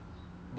like